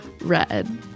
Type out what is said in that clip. red